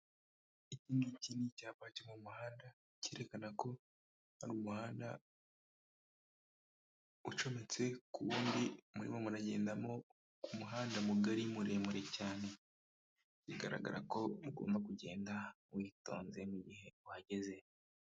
Iki ngiki ni icyapa cyo mu muhanda, cyerekana ko hari umuhanda ucometse ku wundi murimo muragendamo, ku muhanda mugari muremure cyane. Bigaragara ko mugomba kugenda witonze mu gihe uhageze.